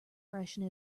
freshen